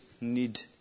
need